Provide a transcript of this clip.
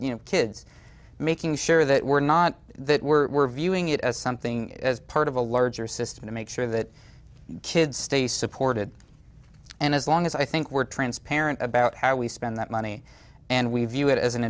kids making sure that we're not that we're viewing it as something as part of a larger system to make sure that kids stay supported and as long as i think we're transparent about how we spend that money and we view it as an